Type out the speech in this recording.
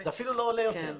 זה אפילו לא עולה יותר.